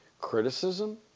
criticism